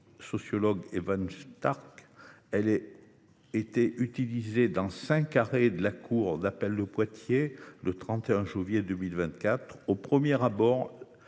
sociologue Evan Stark. Elle a été utilisée dans cinq arrêts de la cour d’appel de Poitiers le 31 janvier 2024. Au premier abord,